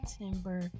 September